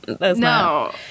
no